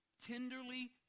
tenderly